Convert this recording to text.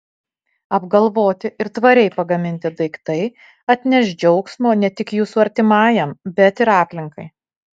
apgalvoti ir tvariai pagaminti daiktai atneš džiaugsmo ne tik jūsų artimajam bet ir aplinkai